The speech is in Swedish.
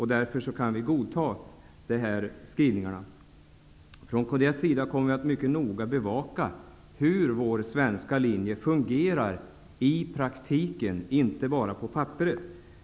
Därför kan vi motionärer godta utskottets skrivning. Vi från Kds kommer att mycket noga bevaka hur den svenska linjen fungerar i praktiken och inte bara på papperet.